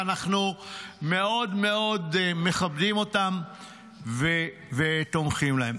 ואנחנו מאוד מאוד מכבדים אותם ותומכים בהם.